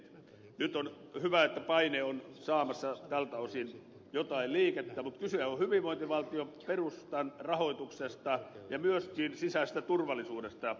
nyt on hyvä että paine on saamassa tältä osin jotain liikettä mutta kysehän on hyvinvointivaltion perustan rahoituksesta ja myöskin sisäisestä turvallisuudesta